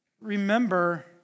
Remember